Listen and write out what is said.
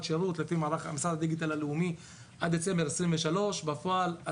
שירות לפי משרד הדיגיטל הלאומי עד דצמבר 2023. בפועל,